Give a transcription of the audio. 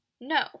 no